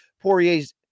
Poirier's